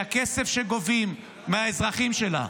זה לא אינטרס של מדינת ישראל שהכסף שגובים מהאזרחים שלה,